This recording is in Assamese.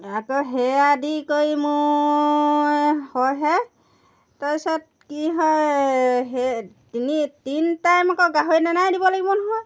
আকৌ সেই আদি কৰি মোৰ হয়হে তাৰপিছত কি হয় সেই তিনি তিনি টাইম আকৌ গাহৰি দানাই দিব লাগিব নহয়